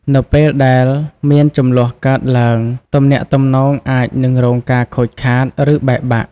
នៅពេលដែលមានជម្លោះកើតឡើង ទំនាក់ទំនងអាចនឹងរងការខូចខាត ឬបែកបាក់។